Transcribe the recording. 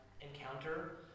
encounter—